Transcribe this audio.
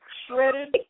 shredded